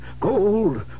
gold